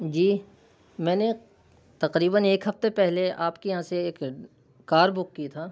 جی میں نے تقریباََ ایک ہفتے پہلے آپ کے یہاں سے ایک کار بک کی تھی